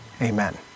Amen